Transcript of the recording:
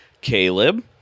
Caleb